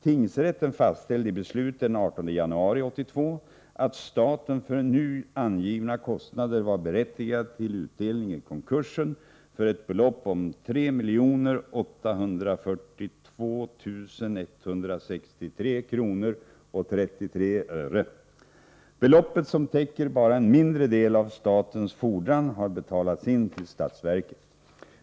Tingsrätten fastställde i beslut den 18 januari 1982 att staten för nu angivna kostnader var berättigad till utdelning i konkursen för ett belopp om 3 842 163 kr. 33 öre. Beloppet, som täcker bara en mindre del av statens fordran, har betalats in till statsverket.